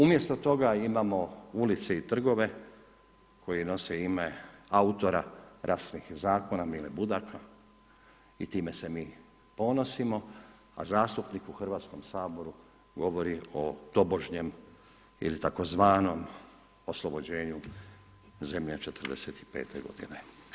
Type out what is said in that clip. Umjesto toga imamo ulice i trgove koji nose ime autora rasnih zakona Mile Budaka i time se mi ponosimo, a zastupnik u Hrvatskom saboru govori o tobožnjem ili tzv. oslobođenju zemlje '45. godine.